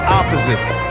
opposites